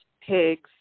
pigs